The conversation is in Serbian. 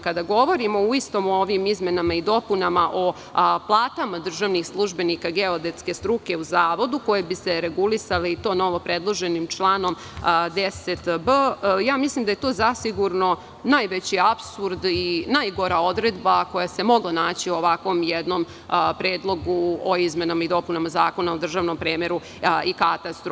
Kada govorimo isto o ovim izmenama i dopunama o platama državnih službenika geodetske struke u Zavodu, koje bi se regulisale i to novopredloženim članom 10b, mislim da je to zasigurno najveći apsurd i najgora odredba koja se mogla naći u ovakvom jednom predlogu o izmenama i dopunama Zakona o državnom premeru i katastru.